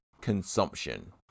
consumption